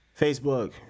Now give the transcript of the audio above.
Facebook